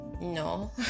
No